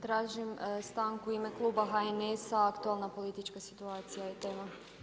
Tražim stanku u ime kluba HNS-a, aktualna politička situacija je tema.